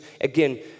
again